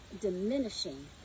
diminishing